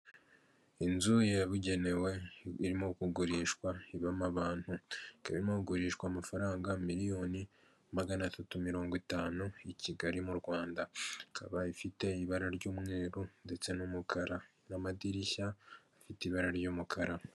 Inzu yabugenewe irimo kugurishwa ibamo abantu ikaba irimo kugurishwa amafaranga miliyoni magana atatu mirongo itanu i Kigali mu Rwanda ikaba ifite ibara ry'umweru ndetse n'umukara n'amadirishya afite ibara ry'umukara.